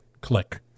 click